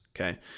okay